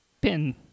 pin